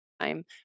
time